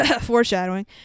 Foreshadowing